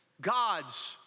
God's